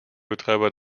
betreiber